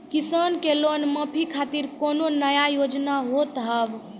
किसान के लोन माफी खातिर कोनो नया योजना होत हाव?